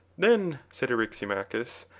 then, said eryximachus,